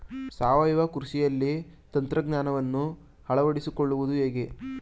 ಸಾವಯವ ಕೃಷಿಯಲ್ಲಿ ತಂತ್ರಜ್ಞಾನವನ್ನು ಅಳವಡಿಸಿಕೊಳ್ಳುವುದು ಹೇಗೆ?